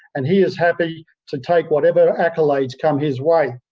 and he is happy to take whatever accolades come his way.